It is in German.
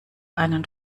einen